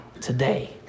today